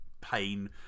pain